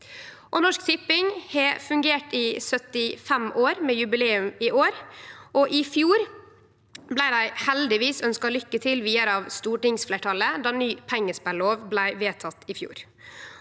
Norsk Tipping har fungert i 75 år og har jubileum i år. I fjor blei dei heldigvis ønskte lykke til vidare av stortingsfleirtalet, då ny pengespellov blei vedteken. Norsk